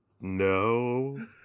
No